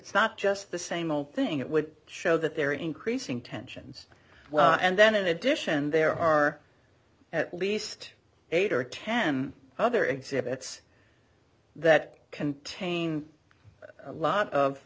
it's not just the same old thing it would show that there are increasing tensions and then in addition there are at least eight or ten other exhibits that contain a lot of